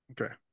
Okay